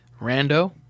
Rando